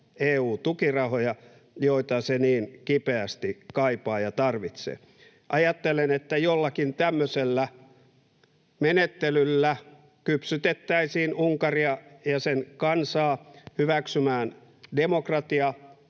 EU-tukirahoja, joita se niin kipeästi kaipaa ja tarvitsee. Ajattelen, että jollakin tämmöisellä menettelyllä kypsytettäisiin Unkaria ja sen kansaa hyväksymään demokratia